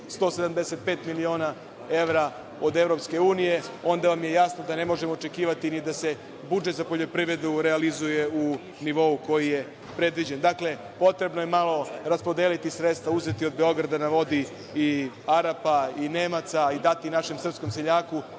175 miliona evra od EU, onda vam je jasno da ne možemo očekivati ni da se budžet za poljoprivredu realizuje u nivou koji je predviđen. Dakle, potrebno je malo raspodeliti sredstva, uzeti od „Beograda na vodi“ i Arapa i Nemaca i dati našem srpskom seljaku